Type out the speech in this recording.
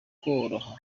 koroha